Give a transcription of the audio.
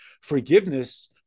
forgiveness